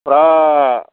फुरा